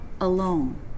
alone